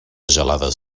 gelades